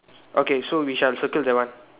okay so we shall circle that one